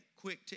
quick